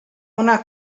una